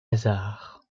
hasard